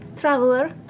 Traveler